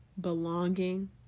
belonging